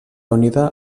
unida